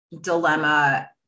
dilemma